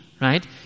right